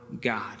God